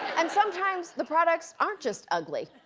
and sometimes, the products aren't just ugly.